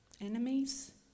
enemies